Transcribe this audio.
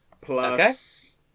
Plus